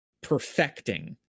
perfecting